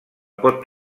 pot